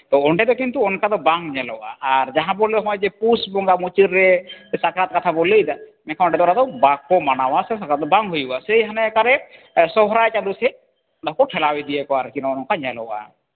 ᱛᱚ ᱚᱸᱰᱮ ᱫᱚ ᱠᱤᱱᱛᱩ ᱚᱱᱠᱟ ᱫᱚ ᱵᱟᱝ ᱧᱮᱞᱚᱜᱼᱟ ᱟᱨ ᱡᱟᱦᱟᱸ ᱵᱚᱱ ᱞᱟᱹᱭᱫᱟ ᱦᱚᱸᱜᱼᱚᱭ ᱡᱮ ᱯᱳᱥ ᱵᱚᱸᱜᱟ ᱢᱩᱪᱟᱹᱫ ᱨᱮ ᱥᱟᱠᱨᱟᱛ ᱠᱟᱛᱷᱟ ᱵᱚᱱ ᱞᱟᱹᱭᱫᱟ ᱢᱮᱱᱠᱷᱟᱱ ᱚᱸᱰᱮ ᱫᱚ ᱵᱟᱠᱚ ᱢᱟᱱᱟᱣᱟ ᱥᱮ ᱥᱟᱠᱨᱟᱛ ᱫᱚ ᱵᱟᱝ ᱦᱩᱭᱩᱜᱼᱟ ᱥᱮᱹᱭ ᱦᱟᱱᱮ ᱚᱠᱟᱨᱮ ᱥᱚᱦᱨᱟᱭ ᱪᱟᱸᱫᱚ ᱥᱮᱡ ᱵᱟᱠᱚ ᱴᱷᱮᱞᱟᱣ ᱤᱫᱤᱭᱟ ᱟᱨᱠᱤ ᱱᱚᱜᱼᱚ ᱱᱚᱝᱠᱟ ᱧᱮᱞᱚᱜᱼᱟ